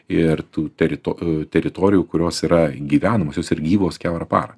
ir tų terito teritorijų kurios yra gyvenamos jos yra gyvos kiaurą parą